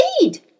indeed